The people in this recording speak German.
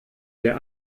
der